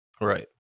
Right